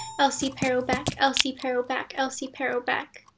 elsie paroubek, elsie paroubek, elsie paroubek.